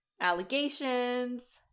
allegations